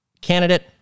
candidate